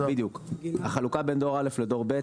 בדיוק, החלוקה בין דור א' לדור ב'.